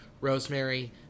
rosemary